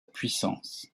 puissance